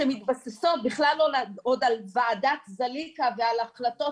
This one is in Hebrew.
שמתבססות בכלל עוד על ועדת זליכה ועל החלטות